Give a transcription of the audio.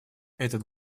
этот